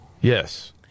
Yes